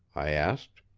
i asked.